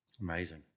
Amazing